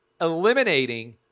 eliminating